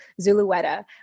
Zulueta